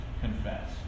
confess